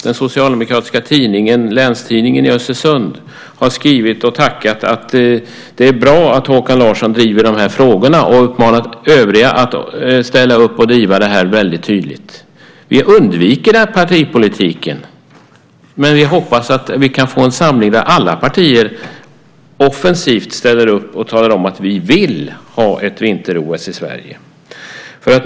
Den socialdemokratiska tidningen Länstidningen i Östersund har skrivit och tackat och sagt att det är bra att Håkan Larsson driver de här frågorna, och man har uppmanat övriga att ställa upp och driva det här väldigt tydligt. Vi undviker partipolitiken. Vi hoppas i stället att vi kan få en samling där alla partier offensivt ställer upp och talar om att vi vill ha ett vinter-OS i Sverige.